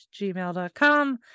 gmail.com